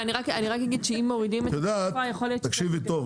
תקשיבי טוב.